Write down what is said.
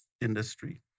industry